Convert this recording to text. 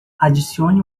adicione